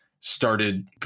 started